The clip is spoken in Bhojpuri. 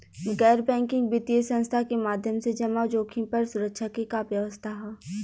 गैर बैंकिंग वित्तीय संस्था के माध्यम से जमा जोखिम पर सुरक्षा के का व्यवस्था ह?